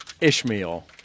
Ishmael